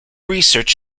research